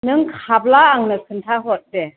नों खाब्ला आंनो खोन्था'हर दे